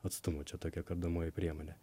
atstumu čia tokia kardomoji priemonė